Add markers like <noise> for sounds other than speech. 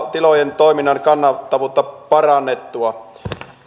<unintelligible> tilojen toiminnan kannattavuutta parannettua